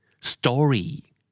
Story